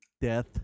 death